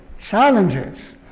challenges